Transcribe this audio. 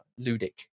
ludic